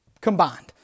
combined